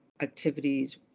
activities